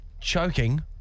Choking